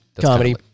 Comedy